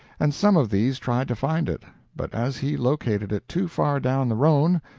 and some of these tried to find it but, as he located it too far down the rhone,